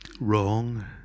wrong